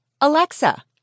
Alexa